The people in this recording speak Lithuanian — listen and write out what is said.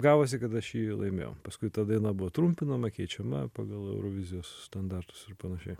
gavosi kad aš jį laimėjau paskui ta daina buvo trumpinama keičiama pagal eurovizijos standartus ir panašiai